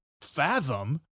fathom